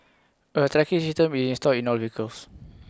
A tracking system is installed in all vehicles